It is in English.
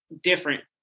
different